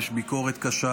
יש ביקורת קשה